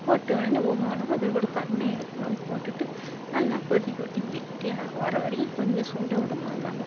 போட்ட உடனே ஓ மிளகாத்தூளு கூட கம்மியாயிருக்குமோன்னு போட்டுவிட்டு நல்லா கொதிக்கவிட்டு கெட்டியாக வரவரைக்கும் கொஞ்சம் சுண்டவிடுமான்னாங்க